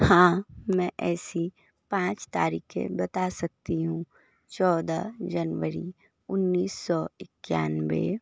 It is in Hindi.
हाँ मैं ऐसी पाँच तारीखें बता सकती हूँ चौदह जनवरी उन्नीस सौ इक्यानवे